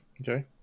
Okay